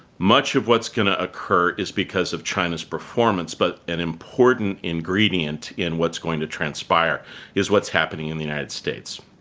much of what's going to occur is because of china's performance. but an important ingredient in what's going to transpire is what's happening in the united states.